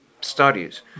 studies